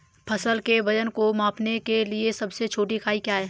फसल के वजन को नापने के लिए सबसे छोटी इकाई क्या है?